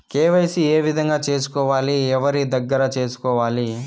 KYC ఏ విధంగా సేసుకోవాలి? ఎవరి దగ్గర సేసుకోవాలి?